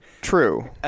true